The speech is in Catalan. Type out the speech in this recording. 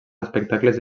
espectacles